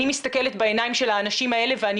ואני מסתכלת בעיניים של האנשים האלה ואני